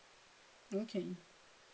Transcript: okay